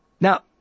Now